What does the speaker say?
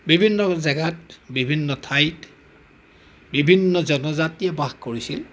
বিভিন্ন জেগাত বিভিন্ন ঠাইত বিভিন্ন জনজাতিয়ে বাস কৰিছিল